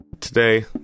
today